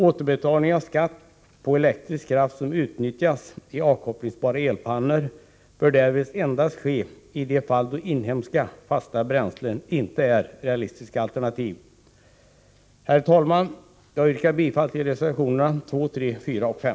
Återbetalning av skatt på elektrisk kraft som utnyttjas i avkopplingsbara elpannor bör därför endast ske i de fall då inhemska fasta bränslen inte är realistiska alternativ. Herr talman! Jag yrkar bifall till reservationerna nr 2, 3, 4 och 5.